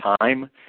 time